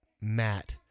Matt